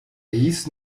hieß